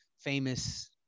famous